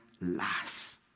last